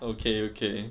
okay okay